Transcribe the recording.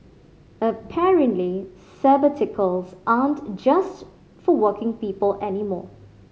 apparently sabbaticals aren't just for working people anymore